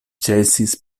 ĉesis